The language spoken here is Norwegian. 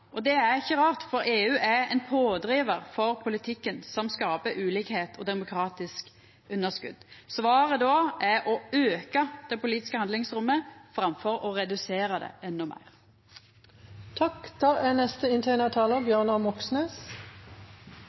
Det er ikkje rart, for EU er ein pådrivar for politikken som skapar ulikskap og demokratisk underskot. Svaret då er å auka det politiske handlingsrommet framfor å redusera det endå meir.